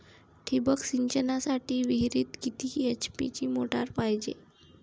ठिबक सिंचनासाठी विहिरीत किती एच.पी ची मोटार पायजे?